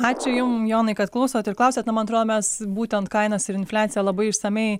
ačiū jum jonai kad klausot ir klausiat na man atrodo mes būtent kainas ir infliaciją labai išsamiai